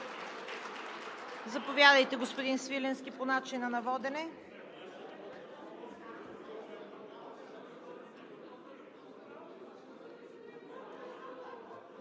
Заповядайте, господин Свиленски, по начина на водене.